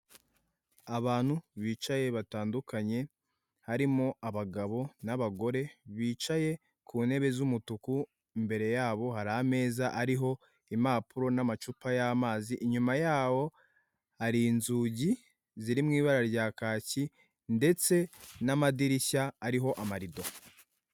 Abantu bicaye batandukanye, harimo abagabo n'abagore bicaye ku ntebe z'umutuku, imbere yabo hari ameza ariho impapuro n'amacupa y'amazi, inyuma yabo hari inzugi ziri mw'ibara rya kaki, ndetse n'amadirishya ariho amarido.